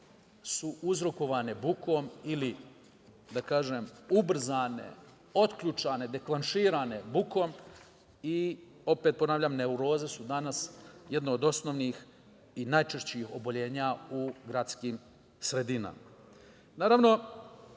uzrokovane bukom ili ubrzane, otključane, deklaširane bukom. Opet ponavljam, neuroze su danas jedno od osnovnih i najčešćih oboljenja u gradskim sredinama. Naravno